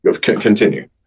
continue